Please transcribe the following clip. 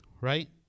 right